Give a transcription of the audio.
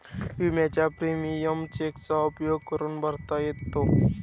विम्याचा प्रीमियम चेकचा उपयोग करून भरता येतो